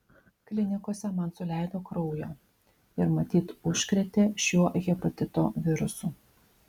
klinikose man suleido kraujo ir matyt užkrėtė šiuo hepatito virusu